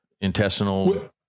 Intestinal